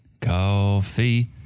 coffee